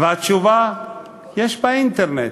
והתשובה: יש באינטרנט,